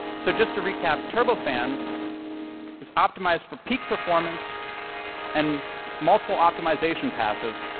so just to recap, turbofan is optimized for peak performance and multiple optimization passes,